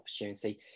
opportunity